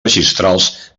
registrals